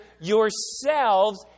yourselves